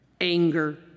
anger